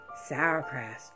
sauerkraut